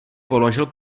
položil